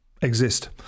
exist